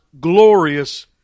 glorious